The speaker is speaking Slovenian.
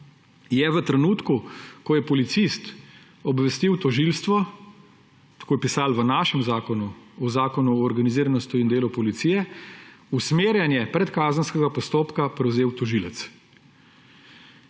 je v trenutku, ko je policist obvestil tožilstvo, tako je pisalo v našem zakonu, v Zakonu o organiziranosti in delu policije, usmerjanje predkazenskega postopka prevzel tožilec.